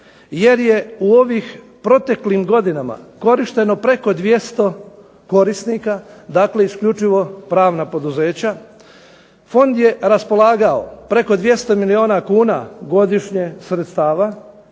jer je u ovim proteklim godinama korišteno preko 200 korisnika, dakle isključivo pravna poduzeća. Fond je raspolagao preko 200 milijuna kuna godišnje sredstava